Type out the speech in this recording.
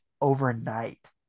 overnight